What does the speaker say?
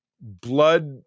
blood